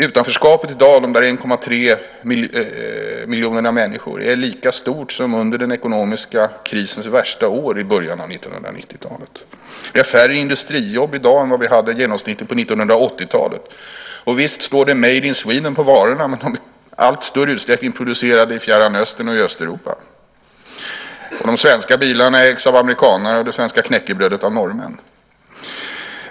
Utanförskapet i dag, de där 1,3 miljoner människorna, är lika stort som under den ekonomiska krisens värsta år i början av 1990-talet. Vi har färre industrijobb i dag än vad vi hade genomsnittligt på 1980-talet. Visst står det Made in Sweden på varorna, men de är i allt större utsträckning producerade i fjärran östern och i Östeuropa. De svenska bilarna ägs av amerikanare och det svenska knäckebrödet av norrmän.